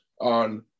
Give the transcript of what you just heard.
on